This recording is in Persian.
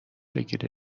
بگیره